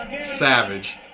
Savage